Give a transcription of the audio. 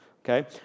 okay